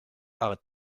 arrête